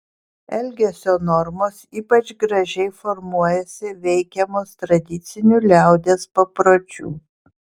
elgesio normos ypač gražiai formuojasi veikiamos tradicinių liaudies papročių